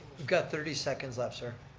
got thirty seconds left, sir.